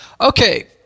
Okay